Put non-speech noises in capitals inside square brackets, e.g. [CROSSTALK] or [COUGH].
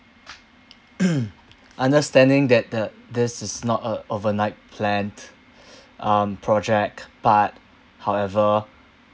[NOISE] [COUGHS] understanding that the this is not a overnight plan [BREATH] um project but however